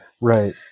Right